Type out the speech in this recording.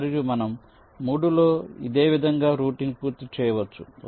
మరియు మనం 3 లో ఇదే విధంగా రౌటింగ్ పూర్తి చేయవచ్చు